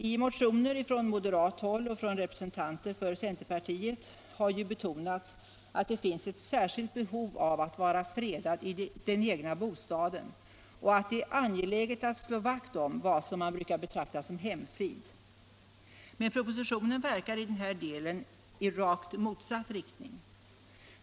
I motioner från moderat håll och från representanter för centerpartiet har betonats att det finns ett särskilt behov av att vara fredad i den egna bostaden och att det är angeläget att slå vakt om vad man brukar betrakta som hemfrid. Men propositionen verkar i den här delen i rakt motsatt riktning.